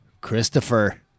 Christopher